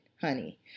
honey